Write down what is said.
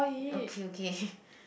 okay okay